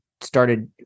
started